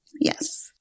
Yes